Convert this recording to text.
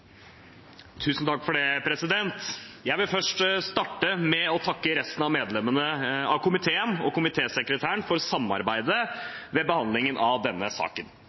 Jeg vil starte med å takke resten av medlemmene i komiteen og komitésekretæren for samarbeidet ved behandlingen av denne saken.